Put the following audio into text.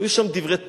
היו שם דברי תורה,